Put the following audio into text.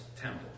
temple